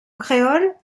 créole